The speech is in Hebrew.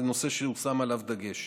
זה נושא שהושם עליו דגש,